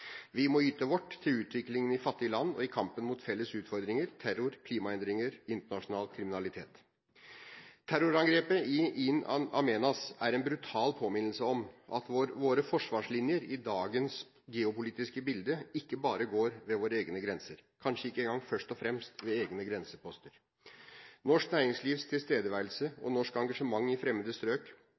Vi må yte vårt til utviklingen i fattige land og i kampen mot felles utfordringer: terror, klimaendringer og internasjonal kriminalitet. Terrorangrepet i In Amenas er en brutal påminnelse om at våre forsvarslinjer i dagens geopolitiske bilde ikke bare går ved egne grenser, kanskje ikke engang først og fremst ved egne grenseposter. Norsk næringslivs tilstedeværelse og norsk engasjement i fremmede strøk